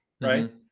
right